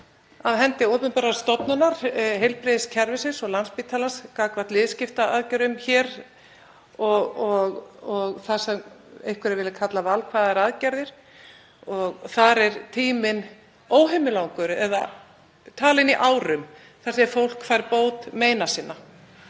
af hendi opinberar stofnunar, heilbrigðiskerfisins og Landspítalans, gagnvart liðskiptaaðgerðum hér og það sem einhverjir vilja kalla valkvæðar aðgerðir. Þar er tíminn óhemjulangur, oft talinn í árum þar til fólk fær bót meina sinna.